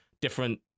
different